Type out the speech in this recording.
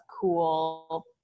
cool